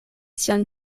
sian